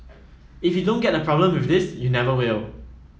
if you don't get the problem with this you never will